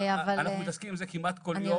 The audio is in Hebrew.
אנחנו מתעסקים עם זה כמעט כל יום.